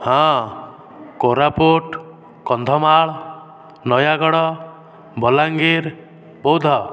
ହଁ କୋରାପୁଟ କନ୍ଧମାଳ ନୟାଗଡ଼ ବଲାଙ୍ଗୀର ବୌଦ୍ଧ